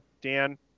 Dan